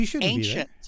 ancient